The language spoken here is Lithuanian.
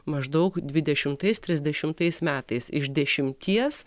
maždaug dvidešimtais trisdešimtais metais iš dešimties